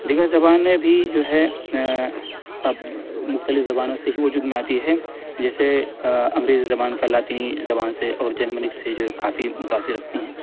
دیگر زبان میں بھی جو ہے اب مختلف زبانوں سے ہی وجود میں آتی ہے جیسے انگریزی زبان کا لاطینی زبان سے اور جنمنک سے جو ہے کافی متاثر رکھتی ہیں